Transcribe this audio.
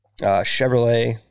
Chevrolet